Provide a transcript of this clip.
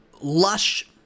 lush